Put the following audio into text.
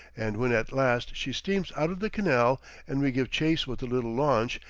and when at last she steams out of the canal and we give chase with the little launch,